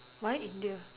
why India